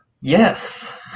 Yes